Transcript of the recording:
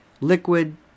Liquid